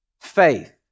faith